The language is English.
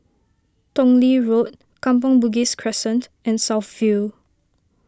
Tong Lee Road Kampong Bugis Crescent and South View